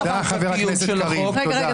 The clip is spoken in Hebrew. תודה, חבר הכנסת קריב, תודה.